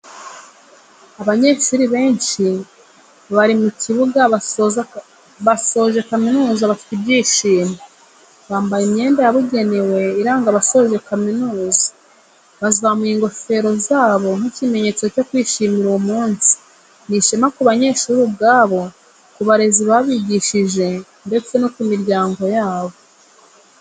Abanyeshuri benshi bari mu kibuga basoje kamizuza bafite ibyishimo, bambaye imyenda yabugenewe iranga abasoje kaminuza bazamuye ingofero zabo nk'ikimenyetso cyo kwishimira uwo munsi, ni ishema ku banyeshuri ubwabo, ku barezi babigishije ndetse no ku miryango yabo.